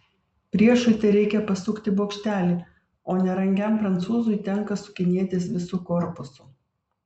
priešui tereikia pasukti bokštelį o nerangiam prancūzui tenka sukinėtis visu korpusu